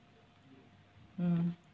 mm